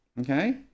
okay